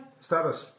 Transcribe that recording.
Status